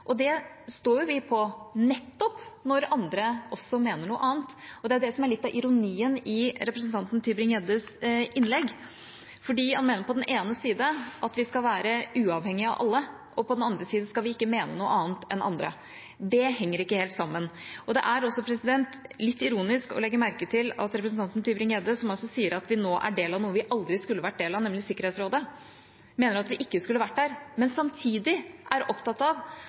og det står vi på også nettopp når andre mener noe annet. Det som er litt av ironien i representanten Tybring-Gjeddes innlegg, er at han på den ene siden mener at vi skal være uavhengig av alle, men på den andre siden skal vi ikke mene noe annet enn andre. Det henger ikke helt sammen. Det er også litt ironisk å legge merke til at representanten Tybring-Gjedde, som altså sier at vi nå er en del av noe vi aldri skulle vært en del av, nemlig Sikkerhetsrådet, mener at vi ikke skulle vært der, samtidig er opptatt av